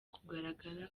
kugaragara